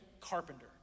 carpenter